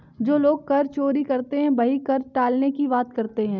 जो लोग कर चोरी करते हैं वही कर टालने की बात करते हैं